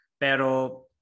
Pero